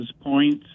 points